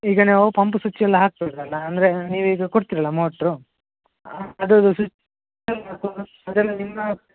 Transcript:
ಈಗ ನಾವು ಪಂಪು ಸ್ವಿಚ್ಚೆಲ್ಲ ಹಾಕಬೇಕಲ್ಲ ಅಂದರೆ ನೀವು ಈಗ ಕೊಡ್ತೀರಲ್ಲ ಮೋಟ್ರು ಅದು ಸ್ವಿಚ್